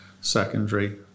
secondary